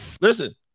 listen